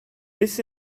this